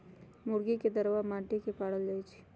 मुर्गी के दरबा माटि के पारल जाइ छइ